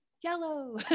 yellow